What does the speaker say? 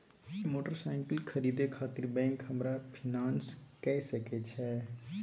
Motorcycle खरीदे खातिर bank हमरा फिनांस कय सके छै?